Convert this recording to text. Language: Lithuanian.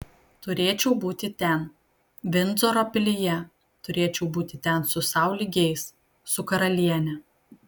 turėčiau būti ten vindzoro pilyje turėčiau būti ten su sau lygiais su karaliene